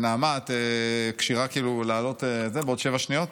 נעמה, את כשירה לעלות בעוד שבע שניות?